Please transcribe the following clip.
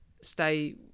stay